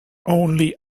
only